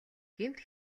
гэмт